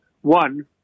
One